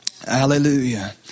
Hallelujah